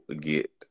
get